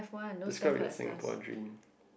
describe your Singapore dream